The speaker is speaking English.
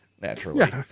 naturally